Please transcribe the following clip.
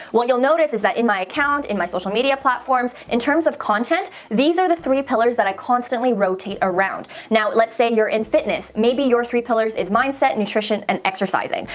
what you'll notice is that in my account, in my social media platforms, in terms of content, these are the three pillars that i constantly rotate around. now let's say you're in fitness. maybe your three pillars is mindset, nutrition, and exercising.